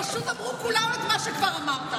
פשוט אמרו כולם את מה שכבר אמרת.